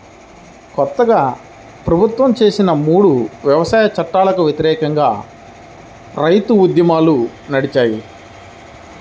కొత్తగా ప్రభుత్వం చేసిన మూడు వ్యవసాయ చట్టాలకు వ్యతిరేకంగా రైతు ఉద్యమాలు నడిచాయి